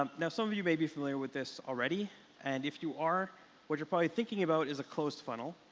um now, some of you may be familiar with this already and if you are what you're probably thinking about is a closed funnel,